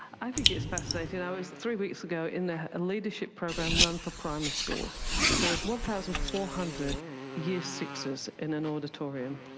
i think it's fascinating. i was three weeks ago in the leadership program run for primary schools. there was one thousand four hundred year sixes in an auditorium.